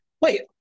Wait